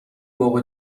بابا